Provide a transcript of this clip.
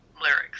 lyrics